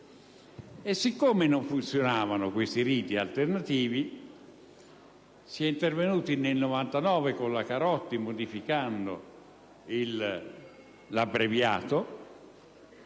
Poiché non funzionavano questi riti alternativi, si è intervenuti nel 1999 con la legge Carotti modificando l'abbreviato,